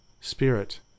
Spirit